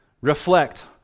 Reflect